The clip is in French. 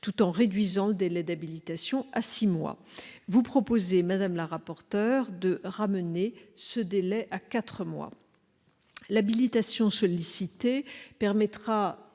tout en réduisant le délai d'habilitation à six mois. Vous proposez quant à vous, madame la rapporteur, de ramener ce délai à quatre mois. L'habilitation sollicitée permettra